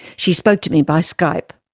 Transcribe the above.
she spoke to me by skype.